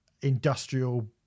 industrial